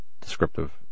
descriptive